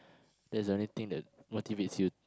that's the only thing that motivates you